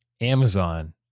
Amazon